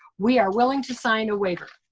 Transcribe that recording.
we are willing to sign a waiver.